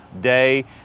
day